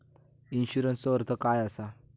इन्शुरन्सचो अर्थ काय असा?